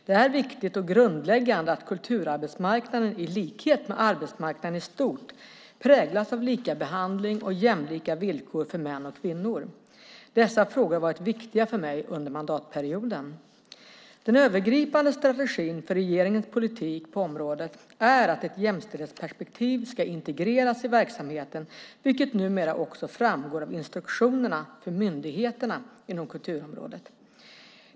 Det är viktigt och grundläggande att kulturarbetsmarknaden i likhet med arbetsmarknaden i stort präglas av likabehandling och jämlika villkor för män och kvinnor. Dessa frågor har varit viktiga för mig under mandatperioden. Den övergripande strategin för regeringens politik på området är att ett jämställdhetsperspektiv ska integreras i verksamheten, vilket numera också framgår av instruktionerna för myndigheterna inom kulturområdet.